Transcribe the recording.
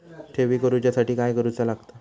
ठेवी करूच्या साठी काय करूचा लागता?